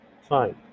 Fine